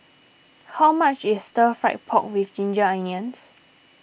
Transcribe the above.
how much is Stir Fried Pork with Ginger Onions